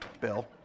Bill